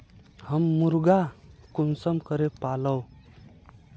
हम मुर्गा कुंसम करे पालव?